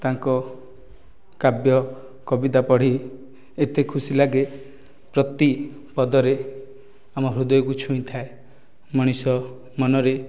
ତାଙ୍କ କାବ୍ୟ କବିତା ପଢ଼ି ଏତେ ଖୁସି ଲାଗେ ପ୍ରତି ପଦରେ ଆମ ହୃଦୟକୁ ଛୁଇଁ ଥାଏ ମଣିଷ ମନରେ